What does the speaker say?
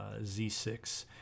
Z6